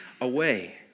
away